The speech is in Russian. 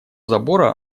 забора